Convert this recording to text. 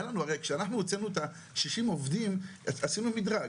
כשאנחנו הוצאנו את ה-60 עובדים, עשינו מדרג.